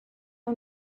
ein